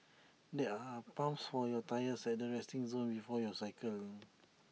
there are pumps for your tyres at the resting zone before you cycle